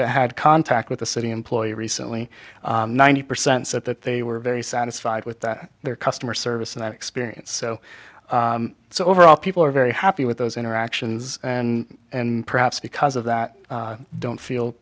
that had contact with the city employee recently ninety percent said that they were very satisfied with that their customer service and that experience so so overall people are very happy with those interactions and perhaps because of that don't feel